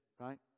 right